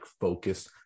focus